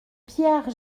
pierre